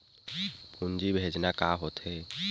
पूंजी भेजना का होथे?